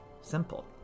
Simple